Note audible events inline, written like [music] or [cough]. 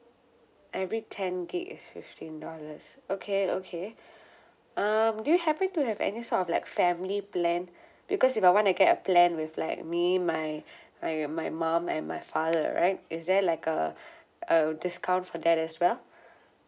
every ten gig is fifteen dollars okay okay [breath] um do you happen to have any sort of like family plan because if I want to get a plan with like me my [breath] my with my mom and my father right is there like a [breath] a discount for that as well